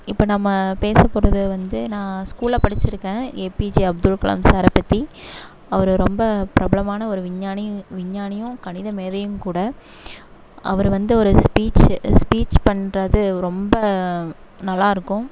இப்போ நம்ம பேசப்போகிறது வந்து நான் ஸ்கூலில் படிச்சுருக்கேன் ஏபிஜெ அப்துல் கலாம் சாரை பற்றி அவர் ரொம்ப பிரபலமான ஒரு விஞ்ஞானி விஞ்ஞானியும் கணிதமேதையும் கூட அவர் வந்து ஒரு ஸ்பீச்சு ஸ்பீச் பண்ணுறது ரொம்ப நல்லாயிருக்கும்